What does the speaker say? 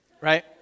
right